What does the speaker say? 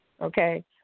Okay